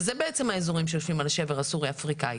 שזה בעצם האזורים שיושבים על השבר הסורי אפריקאי.